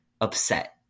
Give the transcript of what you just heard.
upset